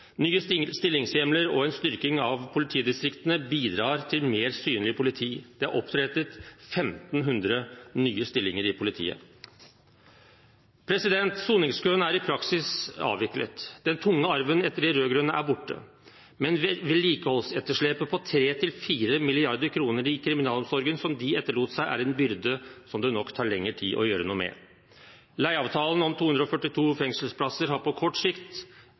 Nye stillingshjemler og en styrking av politidistriktene bidrar til mer synlig politi. Det er opprettet 1 500 nye stillinger i politiet. Soningskøen er i praksis avviklet. Den tunge arven etter de rød-grønne er borte, men vedlikeholdsetterslepet på 3–4 mrd. kr i kriminalomsorgen, som de etterlot seg, er en byrde som det nok tar lengre tid å gjøre noe med. Leieavtalen om 242 fengselsplasser har på kort sikt